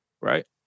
Right